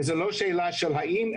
וזאת לא שאלה של האם,